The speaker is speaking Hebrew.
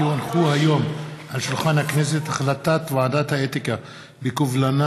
כי הונחו היום על שולחן הכנסת החלטת ועדת האתיקה בקובלנה